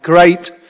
Great